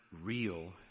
real